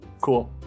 Cool